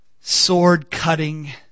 sword-cutting